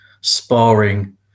sparring